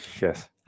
Yes